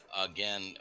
again